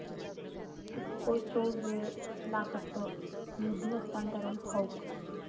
कितकोसो वेळ लागत निधी हस्तांतरण हौक?